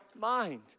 mind